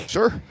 Sure